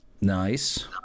Nice